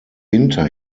winter